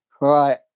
Right